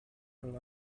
could